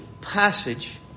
passage